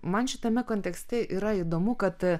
man šitame kontekste yra įdomu kad